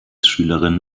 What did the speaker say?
schülerin